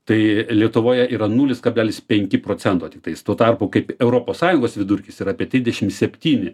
tai lietuvoje yra nulis kablelis penki procento tiktais tuo tarpu kaip europos sąjungos vidurkis yra apie trisdešim septyni